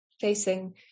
facing